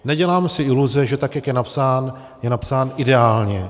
Nedělám si iluze, že tak jak je napsán, je napsán ideálně.